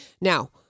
Now